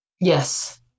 Yes